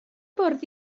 bwrdd